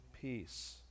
peace